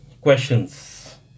questions